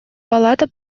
палата